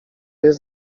jest